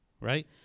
right